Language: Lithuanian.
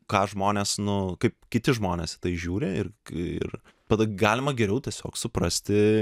ką žmonės nu kaip kiti žmonės į tai žiūri ir ir tada galima geriau tiesiog suprasti